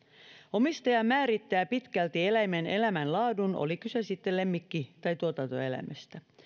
omistaja määrittää pitkälti eläimen elämänlaadun oli kyse sitten lemmikki tai tuotantoeläimestä